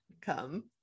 come